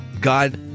God